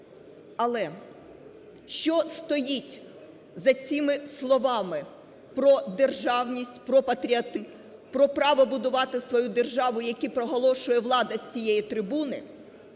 Але що стоїть за цими словами про державність, про патріотизм, про право будувати свою державу, які проголошує влада з цієї трибуни